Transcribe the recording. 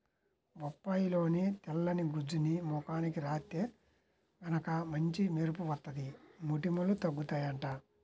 బొప్పాయిలోని తెల్లని గుజ్జుని ముఖానికి రాత్తే గనక మంచి మెరుపు వత్తది, మొటిమలూ తగ్గుతయ్యంట